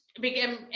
begin